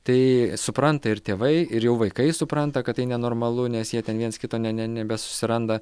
tai supranta ir tėvai ir jau vaikai supranta kad tai nenormalu nes jie ten viens kito ne ne nebesusiranda